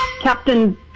captain